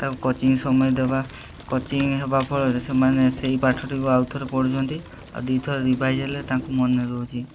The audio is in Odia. ତା'କୁ କୋଚିଂ ସମୟ ଦେବା କୋଚିଂ ହେବା ଫଳରେ ସେମାନେ ସେଇ ପାଠଟିକୁ ଆଉଥରେ ପଢ଼ୁଛନ୍ତି ଆଉ ଦୁଇ ଥର ରିଭାଇଜ୍ ହେଲେ ତାଙ୍କୁ ମନେ ରହୁଛି